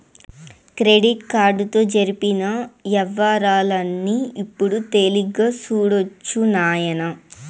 credit కార్డుతో జరిపిన యవ్వారాల్ని ఇప్పుడు తేలిగ్గా సూడొచ్చు నాయనా